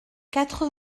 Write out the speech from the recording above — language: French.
quatre